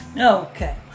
Okay